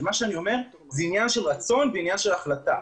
זה עניין של רצון ושל החלטה.